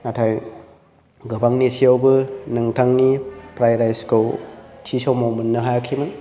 नाथाय गोबां नेसेआवबो नोंथांनि फ्रायड राइस खौ थि समाव मोननो हायाखैमोन